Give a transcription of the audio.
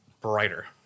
brighter